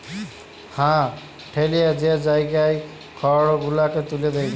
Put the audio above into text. হাঁ ঠ্যালে যে জায়গায় খড় গুলালকে ত্যুলে দেয়